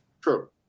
True